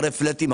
אחרי פלאטים,